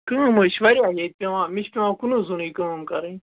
کٲم حظ چھِ واریاہ ییٚتہِ پٮ۪وان مےٚ چھِ پٮ۪وان کُنٕے زوٚنُے کٲم کَرٕنۍ